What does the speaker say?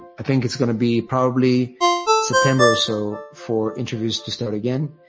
i think it's going to be probably september or so for interviews to start again.